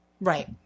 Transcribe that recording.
Right